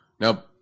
Now